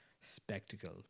spectacle